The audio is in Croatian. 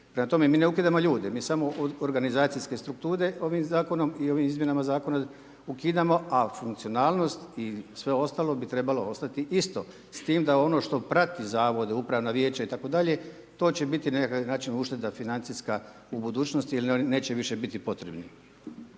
Prema tome, mi ne ukidamo ljude, mi samo organizacijske strukture ovim Zakonom i ovim izmjenama Zakona ukidamo, a funkcionalnost i sve ostalo bi trebalo ostati isto, s tim da ono što prati zavode, Upravna vijeća itd., to će biti na neki način ušteda financijska u budućnosti jer oni neće više biti potrebni.